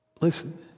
Listen